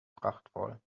prachtvoll